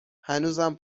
هنوزم